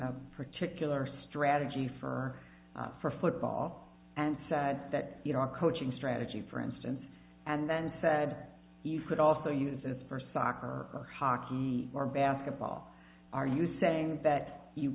a particular strategy for for football and said that you know our coaching strategy for instance and then said you could also use it for soccer or hockey or basketball are you saying that you